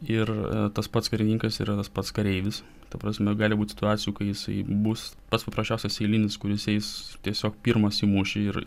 ir tas pats karininkas yra tas pats kareivis ta prasme gali būt situacijų kai jisai bus pats paprasčiausias eilinis kuris eis tiesiog pirmas į mūšį ir